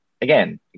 again